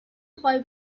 میخوای